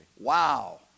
Wow